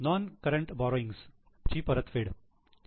non current borrowings ची परतफेड